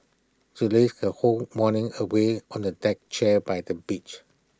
she lazed her whole morning away on A deck chair by the beach